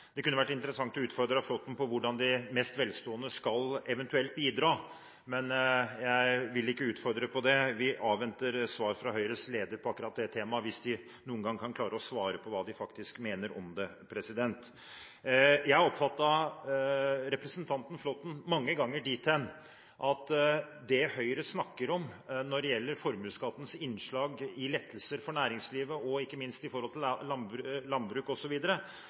Det kunne vært interessant å utfordre representanten Flåtten på hvordan de mest velstående eventuelt skal bidra, men jeg vil ikke utfordre på det. Vi avventer svar fra Høyres leder om akkurat det temaet – hvis de noen gang kan klare å svare på hva de faktisk mener om det. Jeg har oppfattet representanten Flåtten mange ganger dit hen at det Høyre snakker om når det gjelder formuesskattens innslag i lettelser for næringslivet, ikke minst